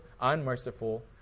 unmerciful